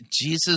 Jesus